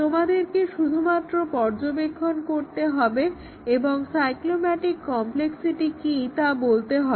তোমাদেরকে শুধুমাত্র পর্যবেক্ষণ করতে হবে এবং সাইক্লোমেটিক কম্প্লেক্সিটি কি তা বলতে হবে